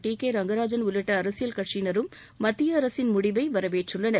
D K Rangarajan உள்ளிட்ட அரசியல் கட்சியினரும் மத்திய அரசின் முடிவை வரவேற்றுள்ளனர்